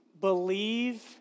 believe